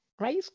right